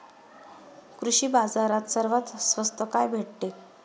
कृषी बाजारात सर्वात स्वस्त काय भेटते?